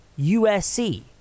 USC